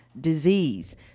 disease